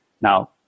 Now